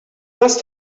must